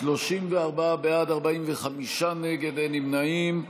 34 בעד, 45 נגד, אין נמנעים.